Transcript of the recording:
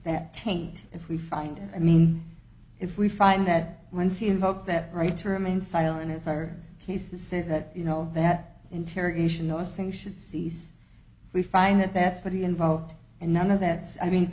that taint if we find i mean if we find that when c invoked that right to remain silent as our cases say that you know that interrogation those things should cease we find that that's pretty involved and none of that i mean